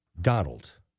Donald